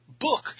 book